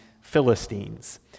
Philistines